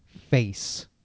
face